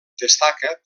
destaca